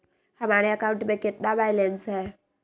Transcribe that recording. हमारे अकाउंट में कितना बैलेंस है?